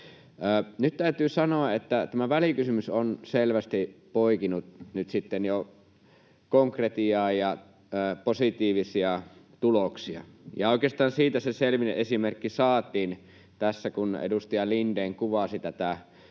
Nyt täytyy sanoa, että tämä välikysymys on selvästi poikinut nyt sitten jo konkretiaa ja positiivisia tuloksia. Oikeastaan siitä se selvin esimerkki saatiin tässä, kun edustaja Lindén kuvasi eilen